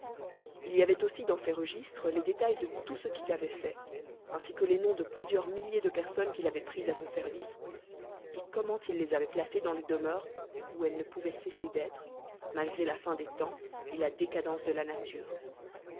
il y avoit aussi dans ces rcpistres les détails de tout ce qu'il avoit fait ainsi queles noms de plusieurs milliers de personnes qu'il avoit prises la son service et comrueni il jes avoit placéesdaosdes demeures où elles ne pouvoient cesser d'être malgré la fin des temps et la rléclldence de la nature